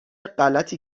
غلطی